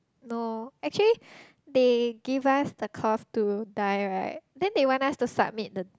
no actually they give us the cloth to dye right then they want us to submit the